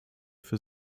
für